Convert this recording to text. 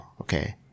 okay